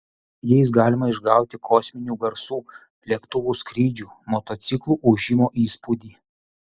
jais galima išgauti kosminių garsų lėktuvų skrydžių motociklų ūžimo įspūdį